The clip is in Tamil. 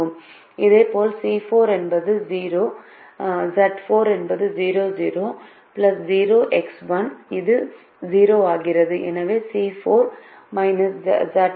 இதேபோல் C4 என்பது 0 Z4 என்பது இது 0 ஆகிறது எனவே C4 Z4 0